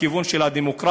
בכיוון של הדמוקרטיה,